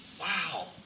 Wow